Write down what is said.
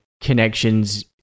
connections